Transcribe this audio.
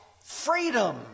freedom